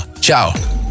Ciao